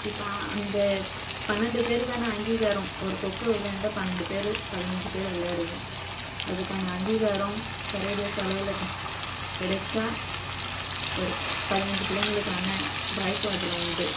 இப்போ அந்த பன்னெண்டு பேருக்கான அங்கீகாரம் ஒரு கொக்கோ விளையாண்டால் பன்னெண்டு பேர் பதினைஞ்சி பேர் விளையாடுவோம் அதுக்கான அங்கீகாரம் சர்வதேச அளவில் கெ கிடச்சா ஒரு பதினைஞ்சி பிள்ளைங்களுக்கான வாய்ப்பு அதில் உண்டு